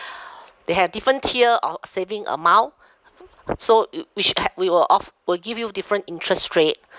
they have different tier of saving amount so whi~ which ha~ wh~ will off~ will give you different interest rate